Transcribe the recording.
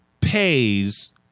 pays